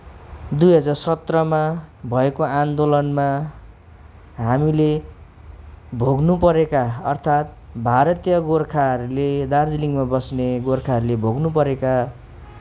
दुई हजार सत्रमा भएको आन्दोलनमा हामीले भोग्नुपरेका अर्थात भारतीय गोर्खाहरूले दार्जिलिङमा बस्ने गोर्खाहरूले भोग्नुपरेका